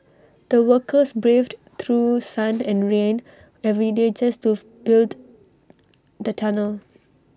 the workers braved through sunned and rain every day just to build the tunnel